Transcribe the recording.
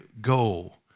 goal